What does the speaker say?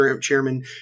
chairman